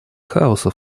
хаоса